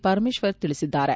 ಪರಮೇಶ್ವರ್ ತಿಳಿಸಿದ್ದಾರೆ